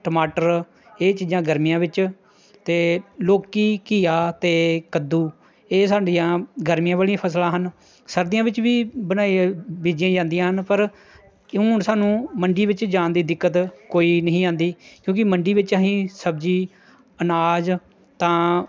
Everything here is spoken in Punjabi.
ਟਮਾਟਰ ਇਹ ਚੀਜ਼ਾਂ ਗਰਮੀਆਂ ਵਿੱਚ ਅਤੇ ਲੌਕੀ ਘੀਆ ਅਤੇ ਕੱਦੂ ਇਹ ਸਾਡੀ ਆਮ ਗਰਮੀਆਂ ਵਾਲੀਆਂ ਫਸਲਾਂ ਹਨ ਸਰਦੀਆਂ ਵਿੱਚ ਵੀ ਬਣਾਈ ਬੀਜੀਆਂ ਜਾਂਦੀਆਂ ਹਨ ਪਰ ਕਿਉਂ ਹੁਣ ਸਾਨੂੰ ਮੰਡੀ ਵਿੱਚ ਜਾਣ ਦੀ ਦਿੱਕਤ ਕੋਈ ਨਹੀਂ ਆਉਂਦੀ ਕਿਉਂਕਿ ਮੰਡੀ ਵਿੱਚ ਅਸੀਂ ਸਬਜ਼ੀ ਅਨਾਜ ਤਾਂ